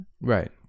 Right